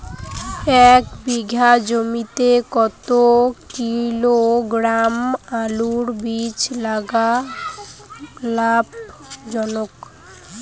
এক বিঘা জমিতে কতো কিলোগ্রাম আলুর বীজ লাগা লাভজনক?